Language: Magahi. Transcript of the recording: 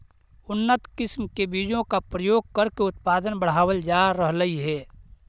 उन्नत किस्म के बीजों का प्रयोग करके उत्पादन बढ़ावल जा रहलइ हे